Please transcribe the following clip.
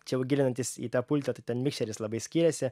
čia jau gilinantis į tą pultą tai ten mikšeris labai skyrėsi